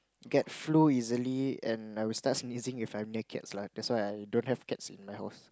get flu easily and I'll start sneezing if I'm near cats lah that's why I don't have cats in my house